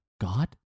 God